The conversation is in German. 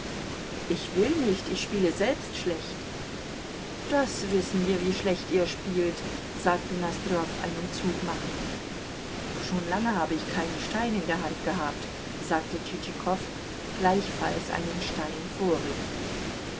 ich will nicht ich spiele selbst schlecht das wissen wir wie schlecht ihr spielt sagte nosdrjow einen zug machend schon lange habe ich keinen stein in der hand gehabt sagte tschitschikow gleichfalls einen stein vorrückend